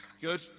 Good